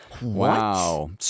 Wow